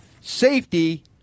Safety